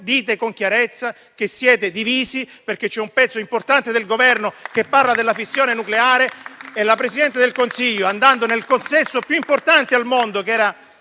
dite con chiarezza che siete divisi, perché c'è un pezzo importante del Governo che parla della fissione nucleare e la Presidente del Consiglio, al consesso più importante al mondo, la